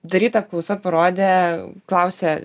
daryta apklausa parodė klausė